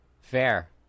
fair